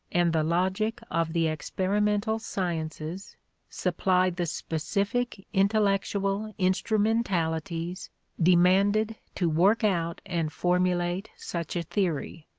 and the logic of the experimental sciences supply the specific intellectual instrumentalities demanded to work out and formulate such a theory.